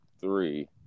three